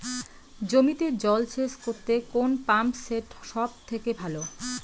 জমিতে জল সেচ করতে কোন পাম্প সেট সব থেকে ভালো?